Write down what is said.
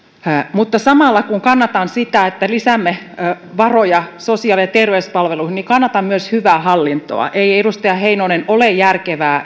mutta samalla kun kannatan sitä että lisäämme varoja sosiaali ja terveyspalveluihin kannatan myös hyvää hallintoa ei edustaja heinonen ole järkevää